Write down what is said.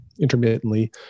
intermittently